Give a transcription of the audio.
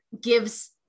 gives